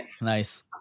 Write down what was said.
Nice